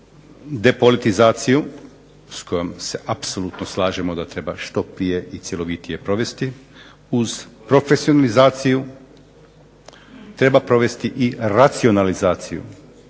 Uz depolitizaciju s kojom se apsolutno slažemo da treba što prije i cjelovitije provesti, uz profesionalizaciju treba provesti i racionalizaciju.